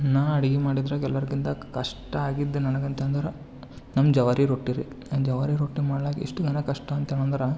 ನಾ ಅಡಿಗೆ ಮಾಡಿದ್ರಾಗ್ ಎಲ್ಲರ್ಗಿಂತ ಕಷ್ಟ ಆಗಿದ್ದು ನನಗಂತಂದ್ರೆ ನಮ್ಮ ಜವಾರಿ ರೊಟ್ಟಿರಿ ಜವಾರಿ ರೊಟ್ಟಿ ಮಾಡಲಿಕ್ಕೆ ಎಷ್ಟುಗನ ಕಷ್ಟ ಏನಂತಂದ್ರೆ